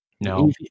No